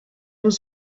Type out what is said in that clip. was